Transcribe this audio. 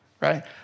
right